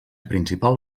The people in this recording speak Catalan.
principal